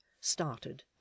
started